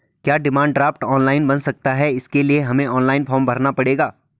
क्या demand draft online बन सकता है इसके लिए हमें ऑनलाइन फॉर्म भरना पड़ेगा?